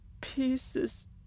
pieces